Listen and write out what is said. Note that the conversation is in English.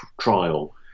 trial